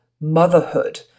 motherhood